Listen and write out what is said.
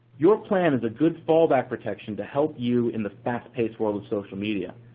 your plan is a good fallback protection to help you in the fast-paced world of social media,